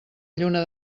lluna